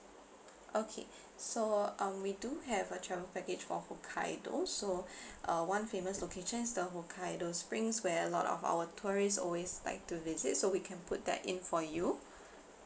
okay so um we do have a travel package for hokkaido so uh one famous location is the hokkaido springs where a lot of our tourist always like to visit so we can put that in for you